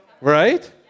Right